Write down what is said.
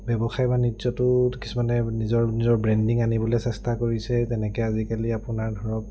ব্যৱসায় বাণিজ্যটো কিছুমানে নিজৰ নিজৰ ব্ৰেণ্ডিং আনিবলৈ চেষ্টা কৰিছে তেনেকৈ আজিকালি আপোনাৰ ধৰক